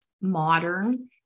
modern